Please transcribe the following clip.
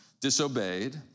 disobeyed